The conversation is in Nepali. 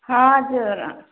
हजुर